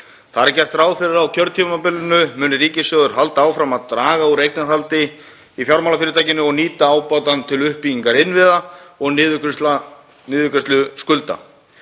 Þar er gert ráð fyrir að á kjörtímabilinu muni ríkissjóður halda áfram að draga úr eignarhaldi í fjármálafyrirtækjum og nýta ábatann til uppbyggingar innviða og niðurgreiðslu skulda.